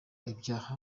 ibyaha